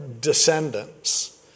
descendants